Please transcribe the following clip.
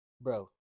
Bro